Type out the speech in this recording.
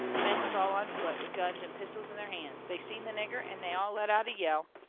the men was all on foot, with guns and pistols in their hands. they seen the nigger, and they all let out a yell,